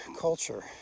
culture